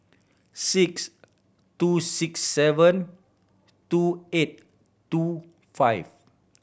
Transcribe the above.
six two six seven two eight two five